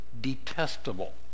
detestable